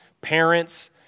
parents